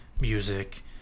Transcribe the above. music